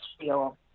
feel